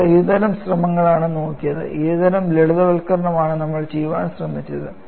ആളുകൾ ഏതുതരം ശ്രമങ്ങളാണ് നോക്കിയത് ഏതുതരം ലളിതവൽക്കരണമാണ് നമ്മൾ ചെയ്യാൻ ശ്രമിച്ചത്